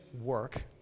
work